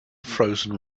frozen